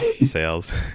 sales